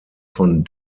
von